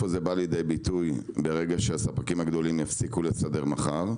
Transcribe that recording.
ביטוי, ברגע שהספקים הגדולים יספיקו לסדר מחר,